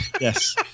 Yes